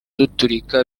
duturika